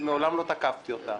שמעולם לא תקפתי אותה,